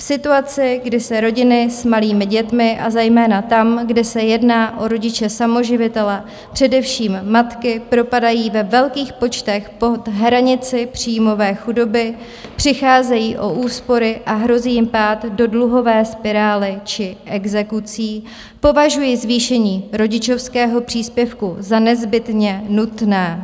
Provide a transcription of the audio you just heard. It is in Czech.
V situaci, kdy se rodiny s malými dětmi, a zejména tam, kde se jedná o rodiče samoživitele, především matky, propadají ve velkých počtech pod hranici příjmové chudoby, přicházejí o úspory a hrozí jim pád do dluhové spirály či exekucí, považuji zvýšení rodičovského příspěvku za nezbytně nutné.